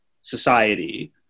society